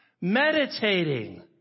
Meditating